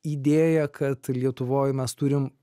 idėją kad lietuvoj mes turim